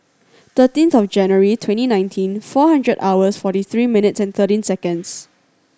thirteenth of January twenty nineteen four hundred hours forty three minutes and thirteen seconds